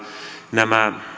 nämä